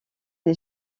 des